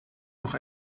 noch